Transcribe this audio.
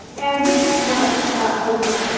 and this is what um